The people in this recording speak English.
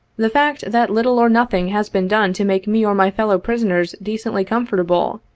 the fact that little or nothing has been done to make me or my fellow prisoners decently comfortable,